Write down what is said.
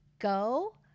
go